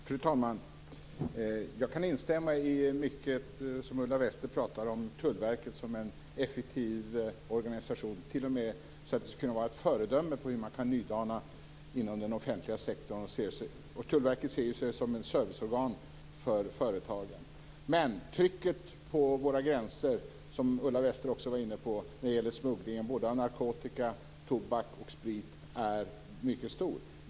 Fru talman! Jag kan instämma i mycket av det som Ulla Wester säger, Tullverket som en effektiv organisation, t.o.m. så att det skulle vara ett föredöme för hur man kan nydana inom den offentliga sektorn. Tullverket ser sig självt som ett serviceorgan för företagen. Men trycket på våra gränser, som Ulla Wester också var inne på, vad gäller smugglingen av narkotika, tobak och sprit är mycket stort.